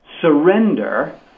surrender